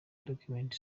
document